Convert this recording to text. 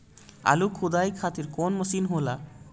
आलू खुदाई खातिर कवन मशीन होला?